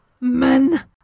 men